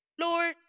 Lord